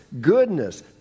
goodness